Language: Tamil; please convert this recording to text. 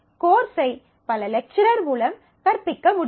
கோர்ஸ் ஐ பல லெக்சர் மூலம் கற்பிக்க முடியும்